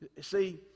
See